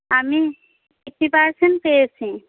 আমি eighty percent পেয়েছি